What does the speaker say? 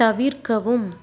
தவிர்க்கவும்